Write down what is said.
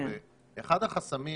אחד החסמים